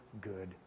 good